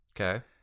Okay